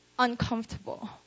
uncomfortable